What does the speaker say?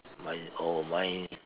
my oh mine